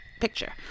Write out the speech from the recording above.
picture